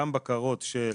גם בקרות של